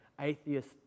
atheist